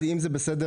אם זה בסדר,